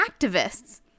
activists